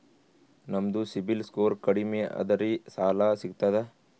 ನಮ್ದು CIBIL score ಕಡಿಮಿ ಅದರಿ ಸಾಲಾ ಸಿಗ್ತದ?